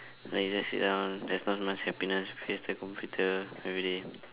like just sit down there's not much happiness face the computer everyday